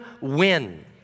win